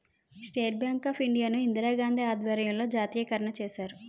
state Bank of India ను ఇందిరాగాంధీ ఆధ్వర్యంలో జాతీయకరణ చేశారు